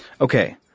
Okay